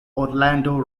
orlando